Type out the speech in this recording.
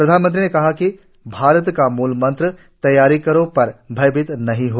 प्रधानमंत्री ने कहा कि भारत का मूलमंत्र है तैयारी करो पर भयभीत नहीं हो